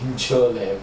sure meh